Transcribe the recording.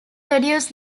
reduce